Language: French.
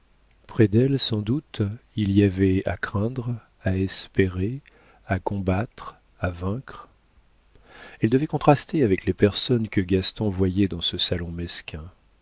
près d'elle sans doute il y avait à craindre à espérer à combattre à vaincre elle devait contraster avec les personnes que gaston voyait dans ce salon